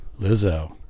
Lizzo